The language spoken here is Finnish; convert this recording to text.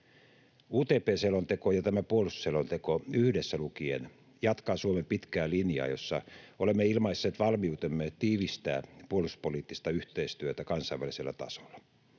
UTP-selonteko ja tämä puolustusselonteko yhdessä jatkavat Suomen pitkää linjaa, jossa olemme ilmaisseet valmiutemme tiivistää puolustuspoliittista yhteistyötä kansainvälisellä tasolla.